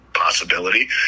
possibility